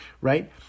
right